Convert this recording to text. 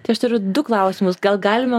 tai aš turiu du klausimus gal galime